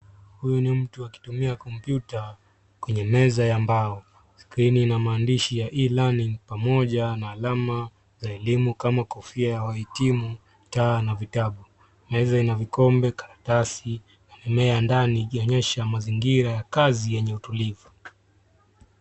Huyu ni mtu akitumia kompyuta kwenye meza ya mbao. Skrini ina maandishi ya E-learning pamoja na alama za elimu kama kofia ya wahitimu, taa na vitabu. Meza ina vikombe, karatasi na mimea ndani ikionyesha mazingira ya kazi yenye utulivu.